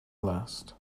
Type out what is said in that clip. last